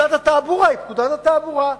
כל פקודת התעבורה היא פקודת התעבורה.